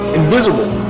invisible